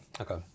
okay